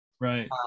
right